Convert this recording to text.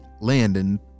Landon